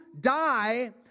die